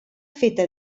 feta